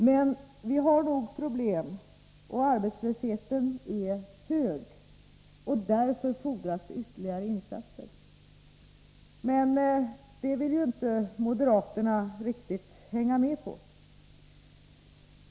Men vi har också många problem och en hög arbetslöshet, och därför fordras ytterligare insatser. Men moderaterna vill inte riktigt hänga med i det sammanhanget.